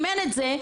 אם אין את זה,